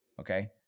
Okay